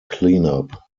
cleanup